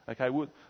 Okay